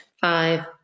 five